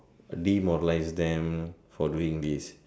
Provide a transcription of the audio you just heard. demoralize them for doing this